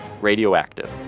radioactive